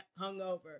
hungover